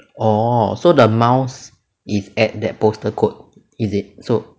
orh so the mouse is at that postal code is it so